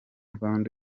rwanda